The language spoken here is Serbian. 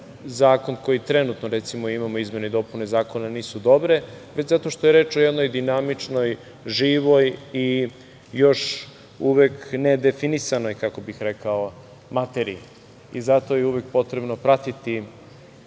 zakon koji trenutno recimo, imamo izmene i dopune zakona nisu dobre, već zato što je reč o jednoj dinamičnoj, živoj i još uvek nedefinisanoj, kako bih rekao materiji, i zato je uvek potrebno pratiti